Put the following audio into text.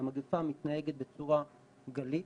המגפה מתנהגת בצורה גלית,